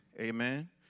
Amen